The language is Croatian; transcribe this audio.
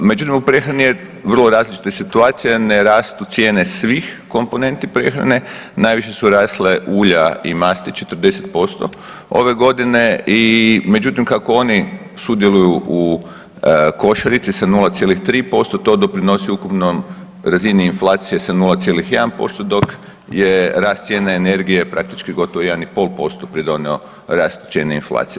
Međutim, u prehrani je vrlo različita situacija ne rastu cijene svih komponenti prehrane najviše su rasle ulja i masti 40% ove godine i međutim kako oni sudjeluju u košarici sa 0,3% to doprinosi ukupnom razini inflacije sa 0,1% dok je rast cijena energije praktički gotovo 1,5% pridonio rastu cijene inflacije.